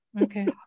Okay